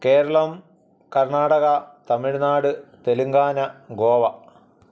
Keralam Karnataka Tamil Nadu Telangana Goa